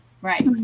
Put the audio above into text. Right